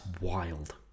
wild